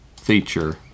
feature